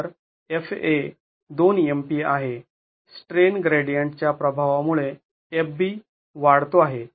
तर F a २ MPa आहे strain gradient च्या प्रभावामुळे Fb वाढतो आहे